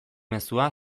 mezua